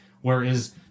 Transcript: Whereas